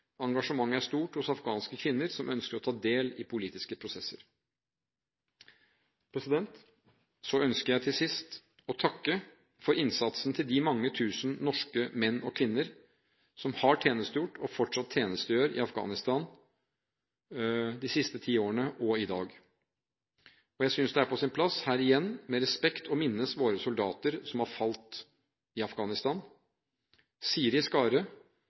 Engasjementet er stort hos afghanske kvinner som ønsker å ta del i politiske prosesser. Så ønsker jeg til sist å takke for innsatsen til de mange tusen norske menn og kvinner som har tjenestegjort i Afghanistan gjennom de siste ti årene, og til dem som tjenestegjør der i dag. Og jeg synes det er på sin plass her igjen med respekt å minnes våre soldater som har falt i Afghanistan: Siri Skare,